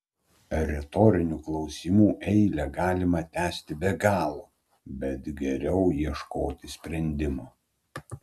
retorinių klausimų eilę galima tęsti be galo bet geriau ieškoti sprendimo